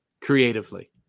Creatively